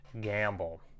gamble